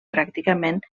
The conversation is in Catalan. pràcticament